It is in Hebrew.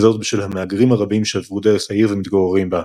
וזאת בשל המהגרים הרבים שעברו דרך העיר ומתגוררים בה,